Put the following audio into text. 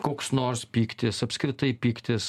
koks nors pyktis apskritai pyktis